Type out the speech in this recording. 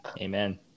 amen